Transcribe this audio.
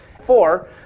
Four